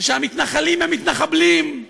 ושהמתנחלים הם מתנחבלים,